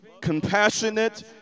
compassionate